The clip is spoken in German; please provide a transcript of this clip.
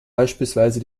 beispielsweise